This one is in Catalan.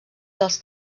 dels